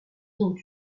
ont